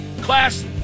class